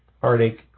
Heartache